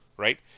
right